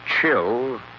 Chill